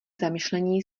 zamyšlení